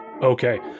Okay